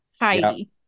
Heidi